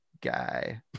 guy